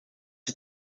ist